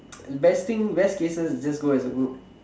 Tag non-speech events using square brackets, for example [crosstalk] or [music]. [noise] best thing best cases just go as a group